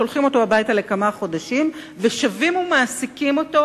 שולחים אותו הביתה אחת לכמה חודשים ושבים ומעסיקים אותו,